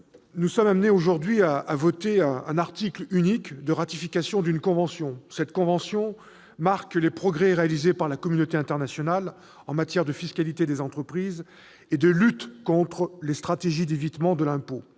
nous sommes aujourd'hui amenés à voter un article unique autorisant la ratification d'une convention. Cette convention marque les progrès réalisés par la communauté internationale en matière de fiscalité des entreprises et de lutte contre les stratégies d'évitement de l'impôt.